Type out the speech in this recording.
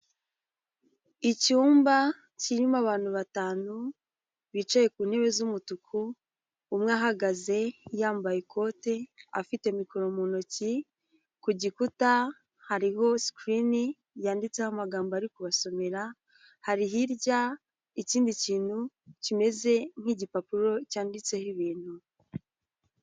Icyumba kirimo abantu batanu bicaye ku ntebe z'umutuku, umwe ahagaze yambaye ikote afite mikoro mu ntoki, ku gikuta hariho sikirini yanditseho amagambo ari kubasomera, hari hirya ikindi kintu kimeze nk'igipapuro cyanditseho ibintu.